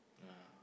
yeah